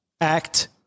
act